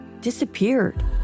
disappeared